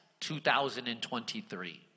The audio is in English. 2023